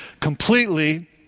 completely